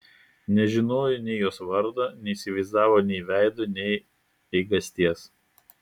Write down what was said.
nežinojo nei jos vardo neįsivaizdavo nei veido nei eigasties